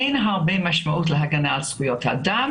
אין הרבה משמעות להגנה על זכויות האדם